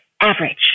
average